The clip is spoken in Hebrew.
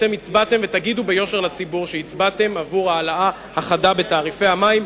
ותגידו ביושר לציבור שהצבעתם בעד ההעלאה החדה של תעריפי המים.